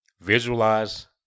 Visualize